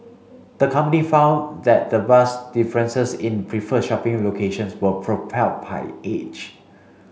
the company found that the vast differences in preferred shopping locations was propelled by age